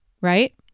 right